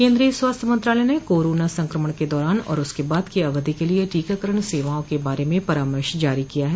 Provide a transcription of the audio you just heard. केन्द्रीय स्वास्थ्य मंत्रालय ने कोरोना संक्रमण के दौरान और उसके बाद की अवधि के लिए टीकाकरण सेवाओं के बारे में परामर्श जारी किया है